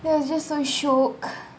that was just so shiok